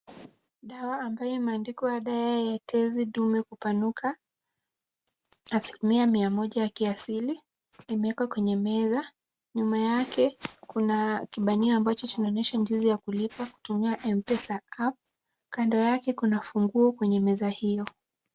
Dawa ambayo imeandikwa dawa ya Tezi Dume kupanuka asilimia mia moja ya kiasili imewekwa kwenye meza. Nyuma yake kuna kibanio ambacho kinaonyesha jinsi ya kulipa kutumia M-Pesa app . Kando yake kuna funguo kwenye meza hiyo.